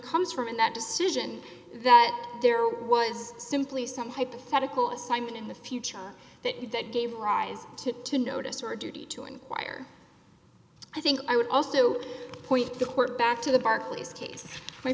comes from in that decision that there was simply some hypothetical assignment in the future that that gave rise to to notice or a duty to inquire i think i would also point the court back to the